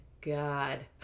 God